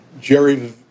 Jerry